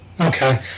Okay